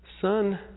Son